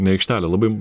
ne aikštelę labai